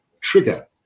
trigger